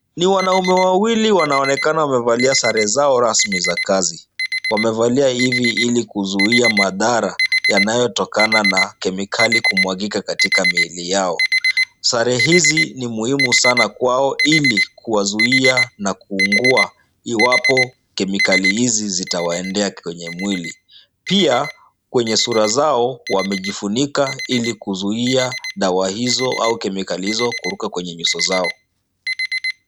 Ni wanaume wawili wanonekana wamevalia sare zao rasmi za kazi. Wamevalia hivi ili kuzuia madhara yanayotokana na kemikali kumwagika katika mili yao. Sare hizi ni muhimu sana kwao ili kuwazuia na kuungua iwapo kemikali hizi zitawaendea kwenye mwili. Pia kwenye sura zao wamejifunika ili kuzuia dawa hizo au kemikali hizo kuruka kwenye nyuso zao.